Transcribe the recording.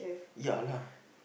ya lah